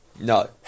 no